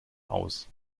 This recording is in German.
aus